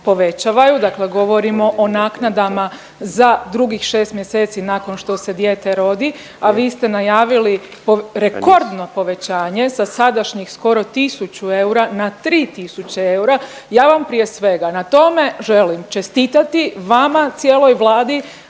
dakle govorimo o naknadama za drugih šest mjeseci nakon što se dijete rodi, a vi ste najavili rekordno povećanje sa sadašnjih skoro 1000 eura na 3000 eura. Ja vam prije svega na tome želim čestitati, vama, cijeloj Vladi